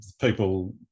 people